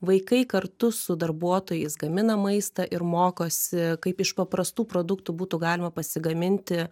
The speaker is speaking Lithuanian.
vaikai kartu su darbuotojais gamina maistą ir mokosi kaip iš paprastų produktų būtų galima pasigaminti